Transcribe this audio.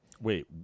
Wait